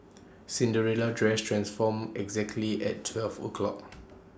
Cinderella's dress transformed exactly at twelve o' clock